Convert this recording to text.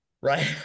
right